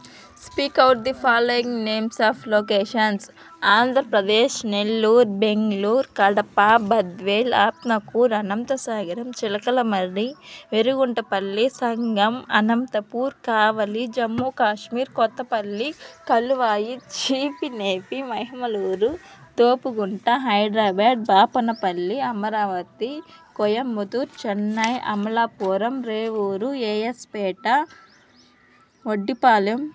speak out the following names of locations Andhra Pradesh Nellore Bangalore Kadapa Badvel Atmakur Anantasagaram Chilakalamarri Verriguntapalli Sangam Anantapur Kavali Jammu Kashmir Kothapalli Kaluvai Cheepinepi Mahimaluru Thopugunta Hyderabad Bapanapalli Amaravati Coimbatore Chennai Amalapuram Revuru A S Peta Vaddipalem